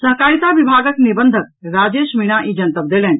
सहकारिता विभागक निबंधक राजेश मीणा ई जनतव देलनि